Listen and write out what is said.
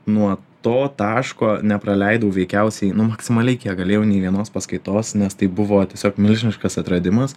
nuo to taško nepraleidau veikiausiai maksimaliai kiek galėjau nė vienos paskaitos nes tai buvo tiesiog milžiniškas atradimas